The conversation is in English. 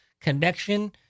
connection